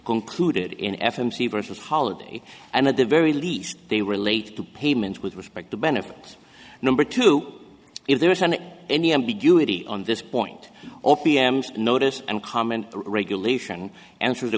concluded in f m c vs holiday and at the very least they relate to payments with respect to benefits number two if there isn't any ambiguity on this point o p m notice and comment regulation answer the